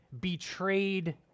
betrayed